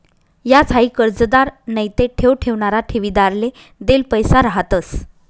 याज हाई कर्जदार नैते ठेव ठेवणारा ठेवीदारले देल पैसा रहातंस